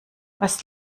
was